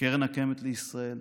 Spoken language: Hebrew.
וקרן קיימת לישראל,